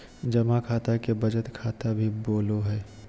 जमा खाता के बचत खाता भी बोलो हइ